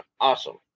awesome